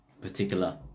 particular